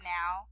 now